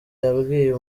yabwiye